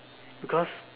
because